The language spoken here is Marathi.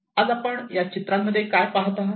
आज आपण या चित्रांमध्ये काय पहात आहात